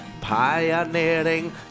pioneering